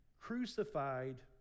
crucified